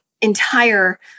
entire